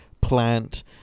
plant